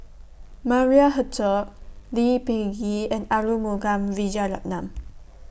Maria Hertogh Lee Peh Gee and Arumugam Vijiaratnam